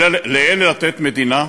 לאלה לתת מדינה?